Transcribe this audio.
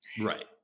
Right